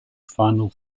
final